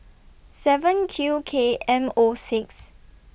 seven Q K M O six